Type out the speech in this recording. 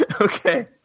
Okay